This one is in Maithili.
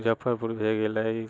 मुजफ्फरपुर भए गेलै